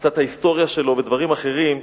קצת מההיסטוריה שלו ודברים אחרים,